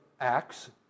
acts